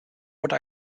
would